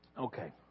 Okay